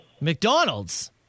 McDonald's